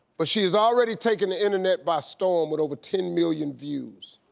but she has already taken the internet by storm with over ten million views.